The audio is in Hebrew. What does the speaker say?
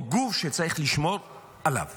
שצריך לשמור עליו